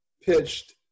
pitched